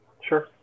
Sure